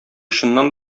чыннан